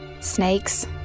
Snakes